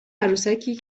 عروسکی